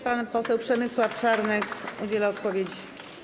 Pan poseł Przemysław Czarnek udziela odpowiedzi.